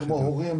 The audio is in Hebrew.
כמו הורים,